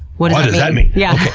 what does that mean? yeah